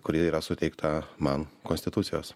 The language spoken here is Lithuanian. kuri yra suteikta man konstitucijos